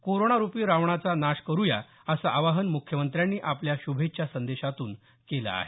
कोरोनारुपी रावणाचा नाश करूया असं आवाहन मुख्यमंत्र्यांनी आपल्या श्भेच्छा संदेशातून केलं आहे